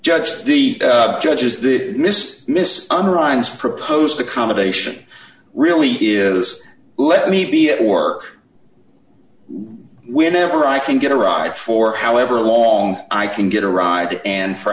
judge the judges the miss miss utterance proposed accommodation really is let me be at work when ever i can get a ride for however long i can get a ride and for